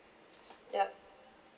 yup